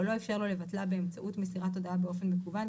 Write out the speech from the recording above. או לא איפשר לו לבטלה באמצעות מסירת הודעה באופן מקוון,